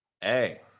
Hey